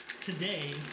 today